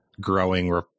growing